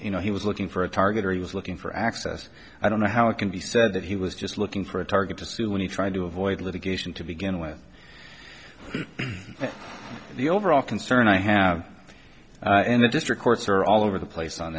whether he was looking for a target or he was looking for access i don't know how it can be said that he was just looking for a target to sue when he tried to avoid litigation to begin with the overall concern i have in the district courts are all over the place on